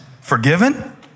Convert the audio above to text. forgiven